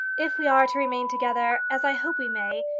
if we are to remain together, as i hope we may,